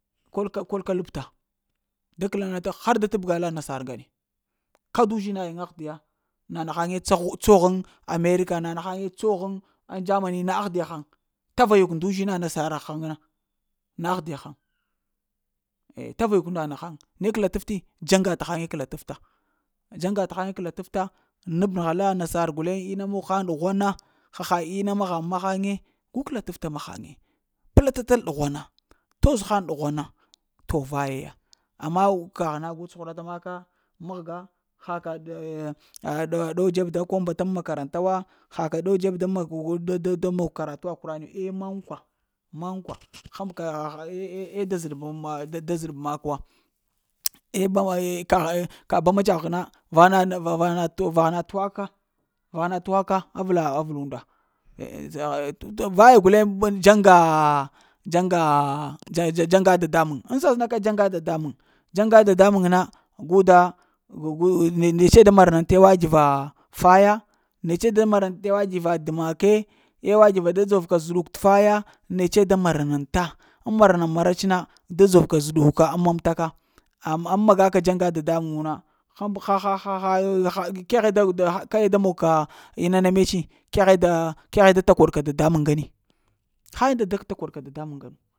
Kol ka, kol ka labta da kəlanata har da tabga la nasar ŋgane kada uzhina yiŋ aghdiya, na naghiaŋe tsohu tsoghəŋ america nana ghaŋge tsighəŋ ŋno germany ahghde haŋ tavayuk ndu zhina nasar ghaŋa na aglideghaŋ. Tavayuk na naghaŋ ne kəla tafti dzaŋga taghaŋe kəla tafta. D'zaŋga ta ghaŋe kəla taf ta, nabnəgha alla nasar guleŋe ina mog haŋ dughwana. Haha ina maghaŋ ma haŋe, gu kəlataf ta maghaŋe, platatəl dughwana toz haŋ ɗughwana, to vaya ya. Amma kagh na gu cuhurata maka mahga haka nda ko dow dzeb daŋ ko bataŋ makaranta wa, haka ɗow dzeb daŋ mog da-da dan mog karafuwa kuran wa eh mankwa mankwa mankwa həm ka eh-eh da zəɗ bə da zəɗ ba makwa. mawa eh kaghe ka bawa matsagh na vanah-vanah ta vahna vahana tuwak ka, vahana tuwak ka avla avəla unda vaya guleŋ ba dzaŋgaa, dzaŋga ah-ah dzaŋga dada muŋ ŋ səsəna ka dzaŋga dadamuŋ, dzaŋga dada muŋ na guda gu d d netse da maranta te wa t'va taya netse da marant’ wat'va dəmake te wa t'va da dzov ka zəɗuk t'faya netse da marananta ŋ mara-na-ma rats na da dzorka zəɗuka ŋ m'mutaka amma ŋ magaka dzaŋga dada muŋ wu na həm keghe da keghe da mag ka ina na metsie keghe da keghe da takoɗ ka t’ dadamuŋ ŋgani ha inda da takoɗ ka dada muŋ ŋganu.